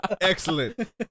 Excellent